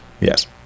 Yes